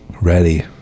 Ready